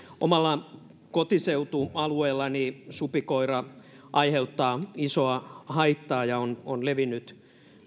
omalla kotiseutualueellani supikoira aiheuttaa isoa haittaa ja on on levinnyt